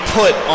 put